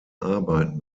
arbeiten